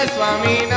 Swami